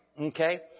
Okay